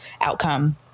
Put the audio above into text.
outcome